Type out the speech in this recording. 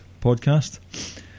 podcast